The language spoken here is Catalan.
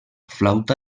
flauta